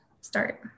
start